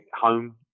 home